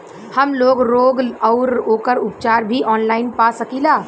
हमलोग रोग अउर ओकर उपचार भी ऑनलाइन पा सकीला?